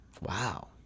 Wow